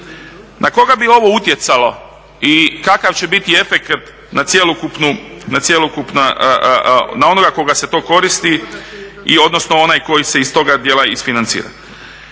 Na koga bi ovo utjecalo i kakav će biti efekat na cjelokupna na onoga koga se to koristi i odnosno onaj koji se iz toga dijela isfinancira.